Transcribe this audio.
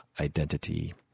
identity